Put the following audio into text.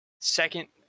second